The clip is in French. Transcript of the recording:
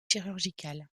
chirurgicales